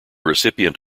recipient